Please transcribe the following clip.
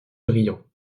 briand